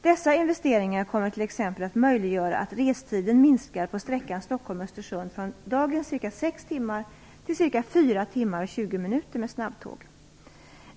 Dessa investeringar kommer t.ex. att möjliggöra att restiden minskar på sträckan 4 timmar och 20 minuter med snabbtåg.